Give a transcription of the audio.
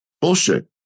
Bullshit